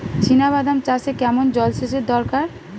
চিনাবাদাম চাষে কেমন জলসেচের দরকার?